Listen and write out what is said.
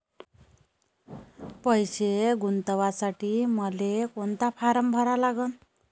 पैसे गुंतवासाठी मले कोंता फारम भरा लागन?